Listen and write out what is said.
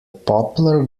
poplar